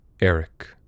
Eric